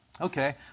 Okay